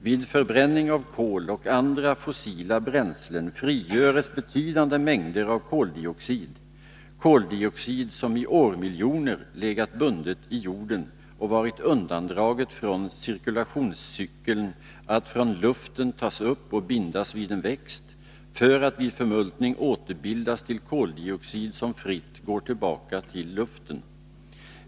Vid förbränning av kol och andra fossila bränslen frigörs betydande mängder av koldioxid — koldioxid som i årmiljoner legat bunden i jorden och varit undandragen från cirkulationscykeln att från luften tas upp och bindas vid en växt, för att vid förmultning återbildas till koldioxid som fritt går tillbaka till luften.